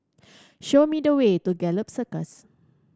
show me the way to Gallop Circus